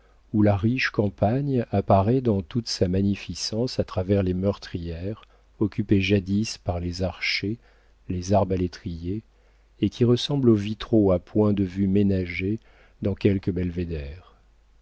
où la riche campagne apparaît dans toute sa magnificence à travers les meurtrières occupées jadis par les archers les arbalétiers et qui ressemblent aux vitraux à points de vue ménagés dans quelque belvédère